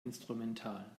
instrumental